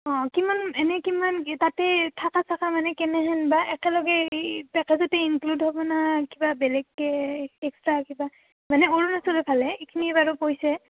অঁ কিমান এনেই কিমান তাতে থকা চকা মানে কেনেকুৱা বা একেলগে পেকজতে ইনক্লুড হ'বনে কিবা বেলেগকৈ এক্সট্ৰা কিবা মানে অৰুণাচলৰ ফালে এইখিনি বাৰু কৈছে